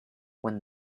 when